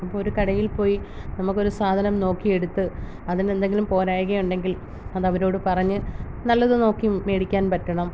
ഇപ്പോള് ഒരു കടയിൽ പോയി നമക്കൊരു സാധനം നോക്കി എടുത്ത് അതിനെന്തെങ്കിലും പോരായ്കയുണ്ടെങ്കിൽ അതവരോട് പറഞ്ഞ് നല്ലത് നോക്കി മേടിക്കാൻ പറ്റണം